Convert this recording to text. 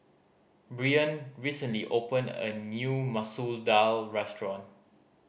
Bryon recently opened a new Masoor Dal restaurant